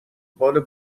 بال